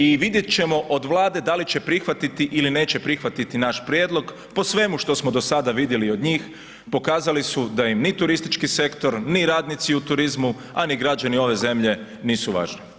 I vidjet ćemo od Vlade da li će prihvatiti ili neće prihvatiti naš prijedlog, po svemu što smo do sada vidjeli od njih, pokazali su da im ni turistički sektor, ni radnici u turizmu, a ni građani ove zemlje nisu važni.